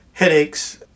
Headaches